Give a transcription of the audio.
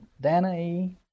Danae